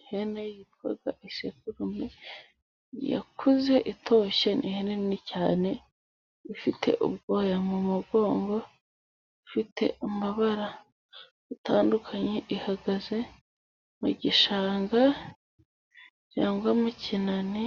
Ihene yitwa isekurume, yakuze itoshye ni ihene nini cyane ifite ubwoya mu mugongo, ifite amabara atandukanye, ihagaze mu gishanga cyangwa mukinani